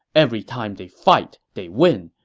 every time they fight, they win.